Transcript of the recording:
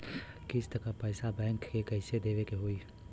किस्त क पैसा बैंक के कइसे देवे के होई?